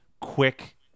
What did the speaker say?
quick